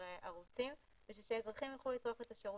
ערוצים כדי שאזרחים יוכלו לצרוך את השירותים.